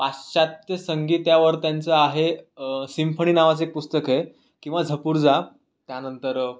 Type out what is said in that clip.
पाश्चात्य संगीतावर त्यांचं आहे सिंफनी नावाचं एक पुस्तक आहे किंवा झपूर्झा त्यानंतर